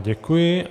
Děkuji.